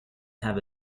have